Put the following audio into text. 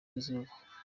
izuba